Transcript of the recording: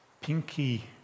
pinky